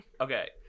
Okay